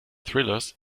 thrillers